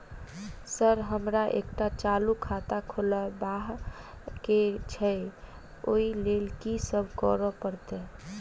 Sir हमरा एकटा चालू खाता खोलबाबह केँ छै ओई लेल की सब करऽ परतै?